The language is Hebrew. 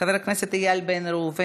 חבר הכנסת איל בן ראובן,